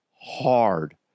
hard